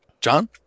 John